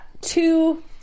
two